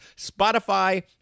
Spotify